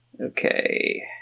Okay